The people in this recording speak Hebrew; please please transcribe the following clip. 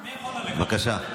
בבקשה.